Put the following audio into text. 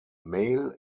male